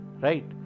Right